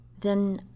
Then